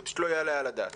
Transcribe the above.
זה פשוט לא יעלה על הדעת.